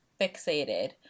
fixated